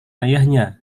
ayahnya